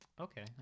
okay